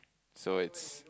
so it's